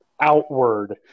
outward